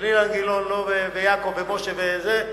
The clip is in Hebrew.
של אילן גילאון לא ויעקב ומשה וזה,